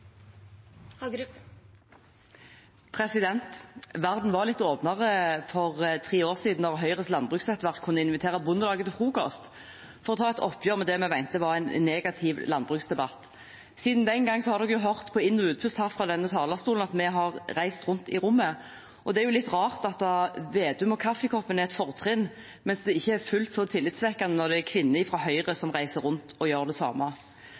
Verden var litt mer åpen for tre år siden da Høyres landbruksnettverk kunne invitere Bondelaget til frokost for å ta et oppgjør med det vi mente var en negativ landbruksdebatt. Siden den gangen har man hørt på inn- og utpust her fra denne talerstolen at vi har reist rundt i rommet. Det er litt rart at når Slagsvold Vedum kommer med kaffekoppen, er det et fortrinn, mens det ikke er fullt så tillitvekkende når det er kvinner fra Høyre som reiser rundt og gjør det samme.